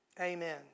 Amen